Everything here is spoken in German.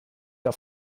auf